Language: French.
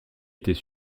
était